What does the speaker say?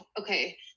Okay